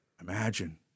imagine